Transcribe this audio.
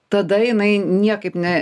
tada jinai niekaip ne